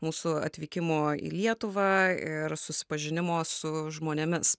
mūsų atvykimo į lietuvą ir susipažinimo su žmonėmis